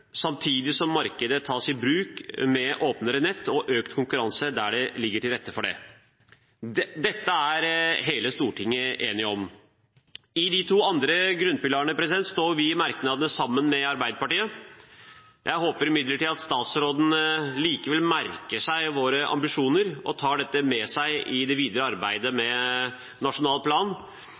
samtidig som markedet tas i bruk med åpnere nett og økt konkurranse der det ligger til rette for det. Dette er hele Stortinget enig i. Når det gjelder de to andre grunnpilarene, står vi i merknadene sammen med Arbeiderpartiet. Jeg håper imidlertid at statsråden likevel merker seg våre ambisjoner og tar dette med seg i det videre arbeidet med en nasjonal plan.